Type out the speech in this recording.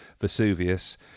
Vesuvius